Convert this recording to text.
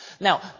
Now